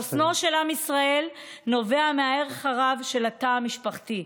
חוסנו של עם ישראל נובע מהערך הרב של התא המשפחתי.